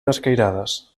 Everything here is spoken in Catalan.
escairades